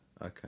Okay